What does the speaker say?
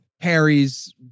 Harry's